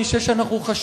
אני חושב שחשוב,